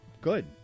good